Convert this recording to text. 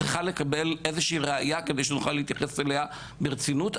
צריכה לקבל איזושהי ראיה כדי שנוכל להתייחס אליה ברצינות.